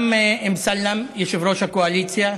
גם אמסלם, יושב-ראש הקואליציה,